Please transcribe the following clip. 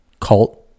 cult